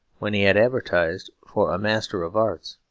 when he had advertised for a master of arts.